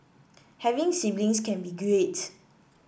having siblings can be great